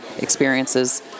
experiences